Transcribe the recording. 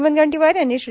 म्रनगंटीवार यांनी श्री